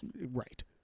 right